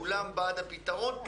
כולם בעד הפתרון,